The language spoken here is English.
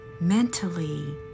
mentally